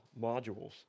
modules